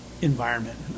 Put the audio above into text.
environment